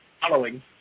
following